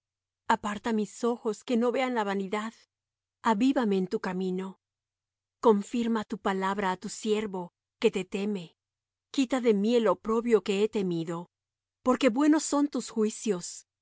aparta mis ojos que no vean la vanidad avívame en tu camino confirma tu palabra á tu siervo que te teme quita de mí el oprobio que he temido porque buenos son tus juicios